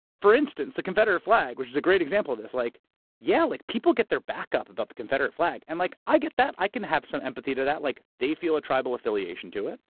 for instance, the confederate flag, which is a great example of this. like yeah, like people get their back up about the confederate flag, and like i get that. i can have some empathy to that, like they feel a tribal affiliation to it.